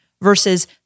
versus